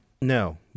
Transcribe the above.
No